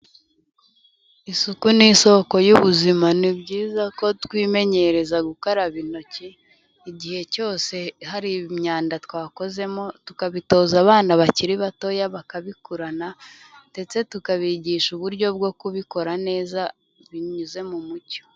Isuku ni isoko y'ubuzima. Ni byiza ko twimenyereza gukaraba intoki, igihe cyose hari imyanda twakozemo, tukabitoza abana bakiri batoya bakabikurana, ndetse tukabigisha uburyo bwo kubikora neza binyuze mu mucyo.